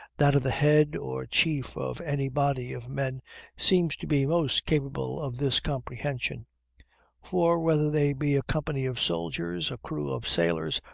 that of the head or chief of any body of men seems to be most capable of this comprehension for whether they be a company of soldiers, a crew of sailors,